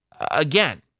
again